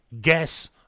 guess